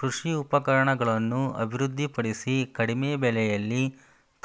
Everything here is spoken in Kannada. ಕೃಷಿ ಉಪಕರಣಗಳನ್ನು ಅಭಿವೃದ್ಧಿ ಪಡಿಸಿ ಕಡಿಮೆ ಬೆಲೆಯಲ್ಲಿ